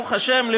ברוך השם,